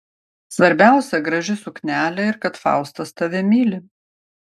svarbiausia graži suknelė ir kad faustas tave myli